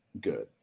good